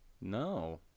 No